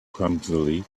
clumsily